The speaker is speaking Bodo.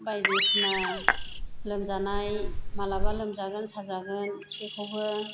बायदि सिना लोमजानाय मालाबा लोमजागोन साजागोन बेखौबो